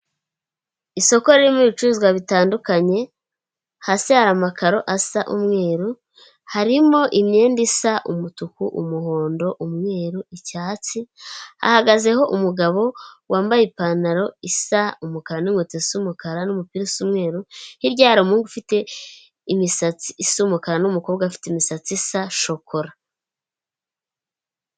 Isoko ririmo ibicuruzwa bitandukanye, hasi hari amakaro asa umweru, harimo imyenda isa umutuku, umuhondo, umweru, icyatsi, hahagazeho umugabo wambaye ipantaro isa umukara n'ingweto zisa umukara, n'umupira w'umweru, hirya ye hari umuhungu ufite imisatsi isa umukara, n'umukobwa ufite imisatsi isa shokora.